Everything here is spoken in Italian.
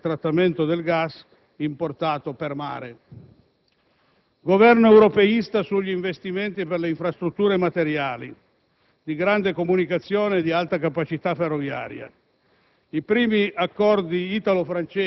non si possono impedire gli impianti per il trattamento del gas importato per mare. Governo europeista sugli investimenti per le infrastrutture materiali di grande comunicazione e di alta capacità ferroviaria: